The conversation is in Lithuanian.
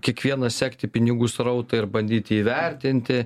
kiekvienas sekti pinigų srautą ir bandyti įvertinti